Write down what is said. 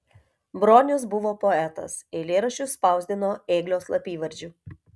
bronius buvo poetas eilėraščius spausdino ėglio slapyvardžiu